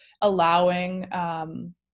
allowing